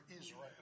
Israel